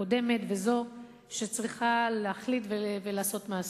הקודמת וזו שצריכה להחליט ולעשות מעשה.